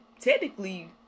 technically